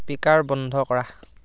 speaker বন্ধ কৰা